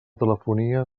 telefonia